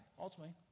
ultimately